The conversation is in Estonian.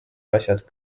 asjad